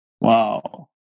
Wow